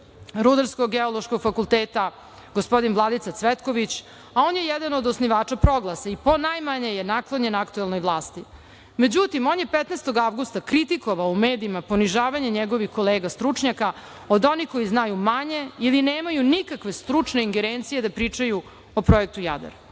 Rudarsko-geološkog fakulteta, gospodin Vladica Cvetković, a on je jedan od osnivača Proglasa i ponajmanje je naklonjen aktuelnoj vlasti.Međutim, on je 15. avgusta kritikovao u medijima ponižavanje njegovih kolega stručnjaka od onih koji znaju manje ili nemaju nikakve stručne ingerencije da pričaju o projektu Jadar. Takođe